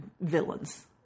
villains